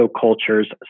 cultures